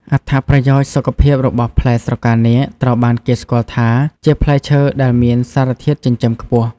អត្ថប្រយោជន៍សុខភាពរបស់ ផ្លែស្រកានាគត្រូវបានគេស្គាល់ថាជាផ្លែឈើដែលមានសារធាតុចិញ្ចឹមខ្ពស់។